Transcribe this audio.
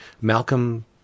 Malcolm